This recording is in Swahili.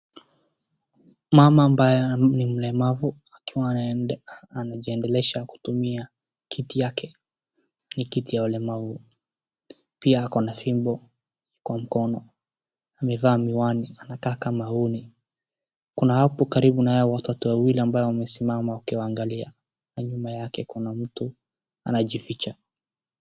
Mama ambaye ni mlemavu akiwa anaendesha, anajiendelesha kutumia kiti yake, ni kiti ya walemavu, pia ako na fimbo kwa mkono. Amevaa miwani anataka maoni. Kuna hapo karibu naye watoto wawili ambaye wamesimama wakiwaangalia, na nyuma yake kuna mtu anajificha.